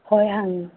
ꯍꯣꯏ ꯍꯥꯡꯏ